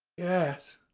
yes,